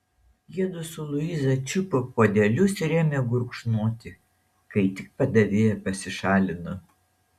jiedu su luiza čiupo puodelius ir ėmė gurkšnoti kai tik padavėja pasišalino